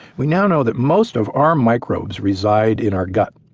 we now know that most of our microbes reside in our gut,